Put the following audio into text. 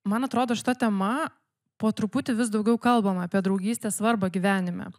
man atrodo šita tema po truputį vis daugiau kalbama apie draugystės svarbą gyvenime